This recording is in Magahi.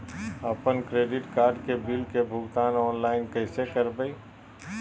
अपन क्रेडिट कार्ड के बिल के भुगतान ऑनलाइन कैसे करबैय?